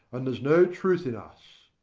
and there's no truth in us.